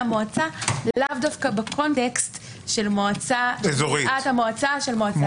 מועצה לאו דווקא בקונטקט של מועצה אזורית.